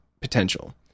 potential